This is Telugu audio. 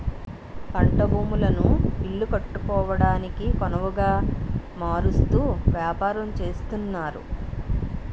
పంట భూములను ఇల్లు కట్టుకోవడానికొనవుగా మారుస్తూ వ్యాపారం చేస్తున్నారు